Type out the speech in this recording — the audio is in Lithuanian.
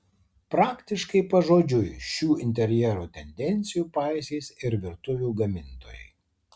praktiškai pažodžiui šių interjero tendencijų paisys ir virtuvių gamintojai